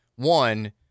One